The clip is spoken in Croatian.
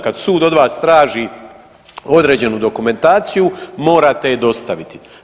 Kad sud od vas traži određenu dokumentaciju morate je dostaviti.